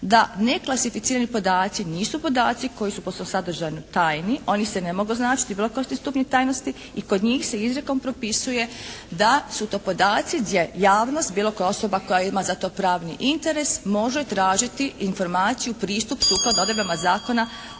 da neklasificirani podaci nisu podaci koji su po svom sadržaju tajni. Oni se ne mogu označiti bilo kojim stupnjem tajnosti i kod njih se izrijekom propisuje da su to podaci gdje javnost, bilo koja osoba koja ima za to pravni interes može tražiti informaciju, pristup sukladno odredbama Zakona